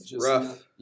rough